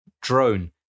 drone